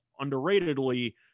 Underratedly